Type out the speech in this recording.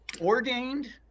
Ordained